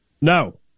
No